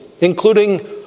including